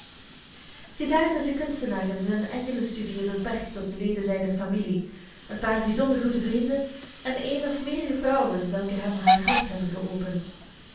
ziedaar dus den kunstenaar in zijne engelen studiën beperkt tot de leden zijner familie een paar bijzonder goede vrienden en eene of meer vrouwen welke hem haar hart hebben geopend